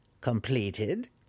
completed